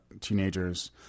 teenagers